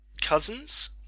cousins